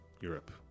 Europe